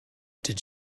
did